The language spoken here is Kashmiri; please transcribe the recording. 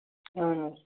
اَہَن حظ